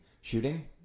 shooting